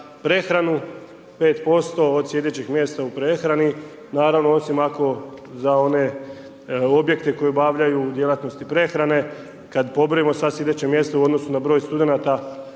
prehranu, 5% od slijedećih mjesta u prehrani, naravno, osim ako, za one objekte koji obavljaju djelatnosti prehrane, kada pobrojimo sada sljedeće mjesto u odnosu na broj studenata,